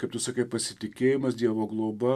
kaip tu sakai pasitikėjimas dievo globa